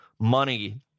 money